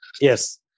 yes